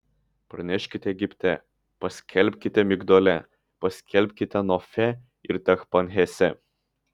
praneškite egipte paskelbkite migdole paskelbkite nofe ir tachpanhese